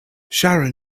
sharon